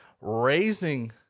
raising